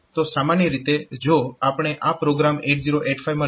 તો સામાન્ય રીતે જો આપણે આ પ્રોગ્રામ 8085 માં લખી રહ્યા હોઈએ